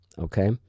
Okay